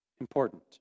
important